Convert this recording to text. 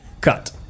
cut